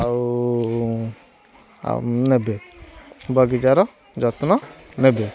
ଆଉ ଆଉ ନେବେ ବଗିଚାର ଯତ୍ନ ନେବେ